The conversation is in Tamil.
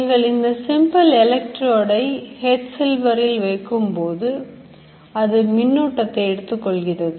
நீங்கள் இந்த simple electrode ஐ head silver இல் வைக்கும்போது அது மின்னோட்டத்தை எடுத்துக்கொள்கிறது